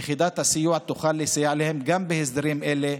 יחידת הסיוע תוכל לסייע להם גם בהסדרים אלה,